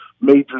major